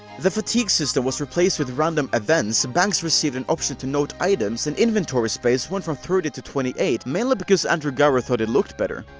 the fatigue system was replaced with random events, banks received the and option to note items, and inventory space went from thirty to twenty eight, mainly because andrew gower thought it looked better.